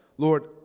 Lord